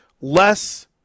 Less